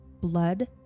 blood